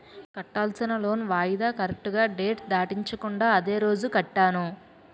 కట్టాల్సిన లోన్ వాయిదా కరెక్టుగా డేట్ దాటించకుండా అదే రోజు కట్టాను